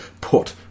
put